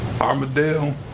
Armadale